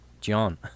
John